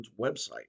website